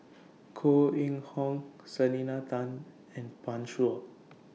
Koh Eng Hoon Selena Tan and Pan Shou